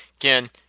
Again